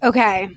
Okay